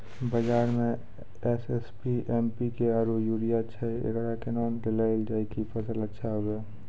बाजार मे SSP, MPK आरु यूरिया छैय, एकरा कैना देलल जाय कि फसल अच्छा हुये?